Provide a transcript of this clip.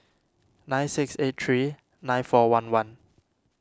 nine six eight three nine four one one